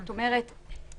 זאת אומרת,